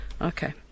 Okay